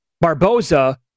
Barboza